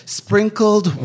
sprinkled